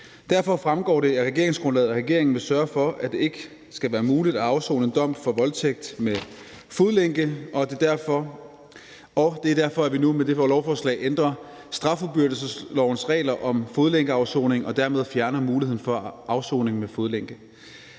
Derfor fremgår det af regeringsgrundlaget, at regeringen vil sørge for, at det ikke skal være muligt at afsone en dom for voldtægt med fodlænke, og det er derfor, at vi nu med det her lovforslag ændrer straffuldbyrdelseslovens regler om fodlænkeafsoning og dermed fjerner muligheden for afsoning med fodlænke.